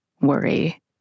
worry